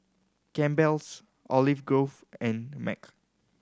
Campbell's Olive Grove and Mac